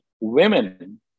women